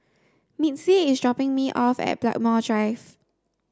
Mitzi is dropping me off at Blackmore Drive